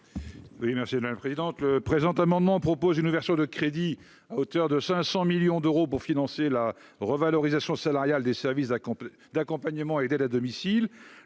Oui merci Alain présidente le présent amendement propose une ouverture de crédits à hauteur de 500 millions d'euros pour financer la revalorisation salariale des services à complet d'accompagnement et d'aide à domicile,